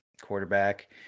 quarterback